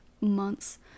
months